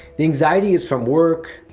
the anxiety is from work,